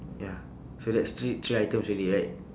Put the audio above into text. ya so that's three three items already right